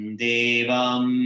devam